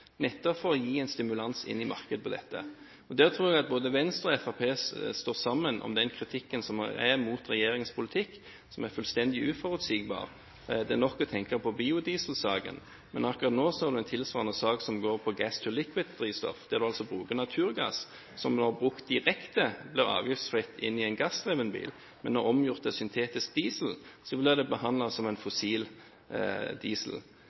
nettopp for å gi en stimulans inn i markedet. Jeg tror at både Venstre og Fremskrittspartiet står sammen om den kritikken som er mot regjeringens politikk, som er fullstendig uforutsigbar. Det er nok å tenke på biodieselsaken. Men akkurat nå er det en tilsvarende sak som går på Gas-to-Liquid drivstoff, der en bruker naturgass – som brukt direkte, blir avgiftsfritt i en gassdreven bil, men omgjort til syntetisk diesel blir det behandlet som en fossil diesel.